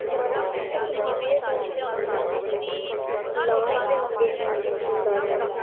ਮਰ ਕੇ ਇੱਕ ਮਨ ਦੇ ਤੌਰ 'ਤੇ ਮਰ ਜਾਣਾ ਅਤੇ ਇੱਕ ਲਾਸ਼ ਦੇ ਵਾਂਗੂ ਜਿੰ ਜ਼ਿੰਦਾ ਰਹਿਣਾ